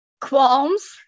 qualms